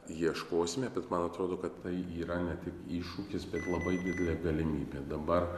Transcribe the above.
ieškosime bet man atrodo kad tai yra ne tik iššūkis bet labai didelė galimybė dabar